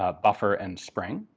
ah buffer and spring